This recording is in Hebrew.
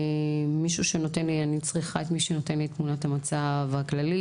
אני צריכה מכם את מי שנותן לי את תמונת המצב הכללית.